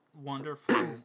wonderful